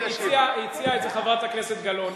הציעה את זה חברת הכנסת גלאון.